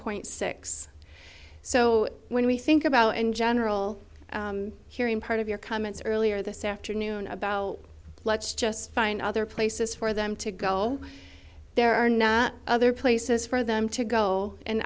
point six so when we think about in general hearing part of your comments earlier this afternoon about let's just find other places for them to go there are no other places for the i'm to go